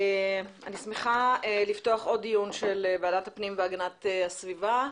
אני שמחה לפתוח עוד דיון של ועדת הפנים והגנת הסביבה.